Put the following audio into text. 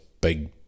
big